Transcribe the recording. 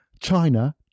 China